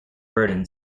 burden